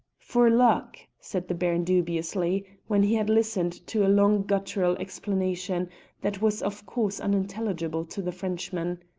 for luck, said the baron dubiously when he had listened to a long guttural explanation that was of course unintelligible to the frenchman.